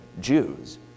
Jews